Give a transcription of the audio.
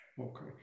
Okay